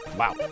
Wow